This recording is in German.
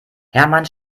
hermann